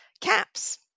CAPS